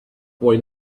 boy